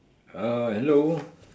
uh hello